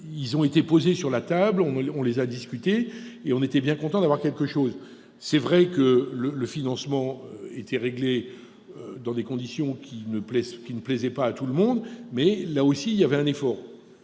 Ils ont été mis sur la table, on les a discutés, et l'on était bien content d'avoir quelque chose ... Il est vrai que le financement était réglé dans des conditions ne plaisant pas à tout le monde, mais il y avait un effort,